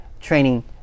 training